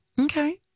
Okay